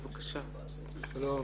שלום.